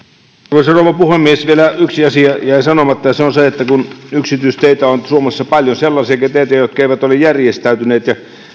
arvoisa rouva puhemies vielä yksi asia jäi sanomatta ja se on se että kun yksityisteitä on suomessa paljon sellaisiakin teitä jotka eivät ole järjestäytyneet